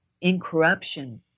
incorruption